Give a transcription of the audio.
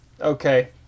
Okay